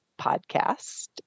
podcast